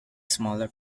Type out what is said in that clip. smaller